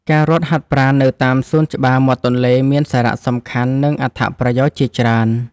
ការរត់ហាត់ប្រាណនៅតាមសួនច្បារមាត់ទន្លេ មានសារៈសំខាន់ និងអត្ថប្រយោជន៍ជាច្រើន។